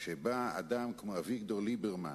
שבא אדם כמו אביגדור ליברמן,